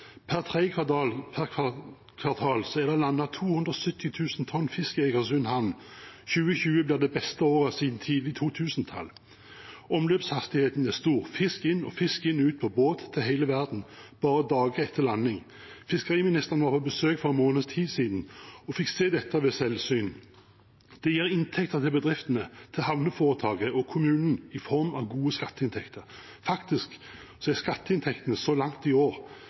Per tredje kvartal er det landet 270 000 tonn fisk i Egersund havn. 2020 blir det beste året siden tidlig på 2000-tallet. Omløpshastigheten er stor – fisk inn og fisk ut på båt til hele verden bare dager etter landing. Fiskeriministeren var på besøk for en måneds tid siden og fikk se dette ved selvsyn. Det gir inntekter til bedriftene, havneforetaket og kommunen i form av gode skatteinntekter. Skatteinntektene så langt i år